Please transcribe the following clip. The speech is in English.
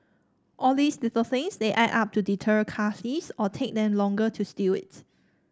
all these little things they add up to deter car thieves or take them longer to steal it